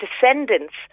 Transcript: descendants